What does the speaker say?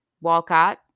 Walcott